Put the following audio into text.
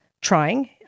trying